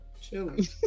Chilling